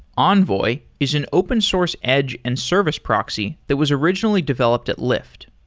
envoy is an open source edge and service proxy that was originally developed at lyft.